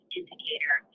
indicator